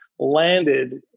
landed